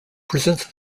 presents